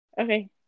Okay